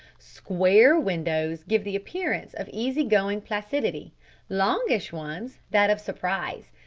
square windows give the appearance of easy-going placidity longish ones, that of surprise.